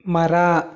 ಮರ